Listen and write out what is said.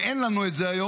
ואין לנו את זה היום,